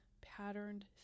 patterned